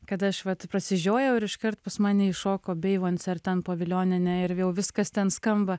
kada aš vat prasižiojau ir iškart pas mane iššoko beijoncė ar ten povilionienė ir vėl viskas ten skamba